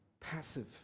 passive